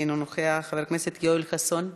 אינו נוכח, חבר הכנסת יואל חסון,